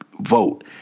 vote